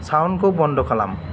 साउन्डखौ बन्द' खालाम